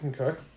Okay